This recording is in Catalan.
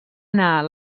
anar